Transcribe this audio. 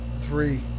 three